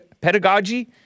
Pedagogy